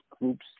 groups